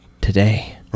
today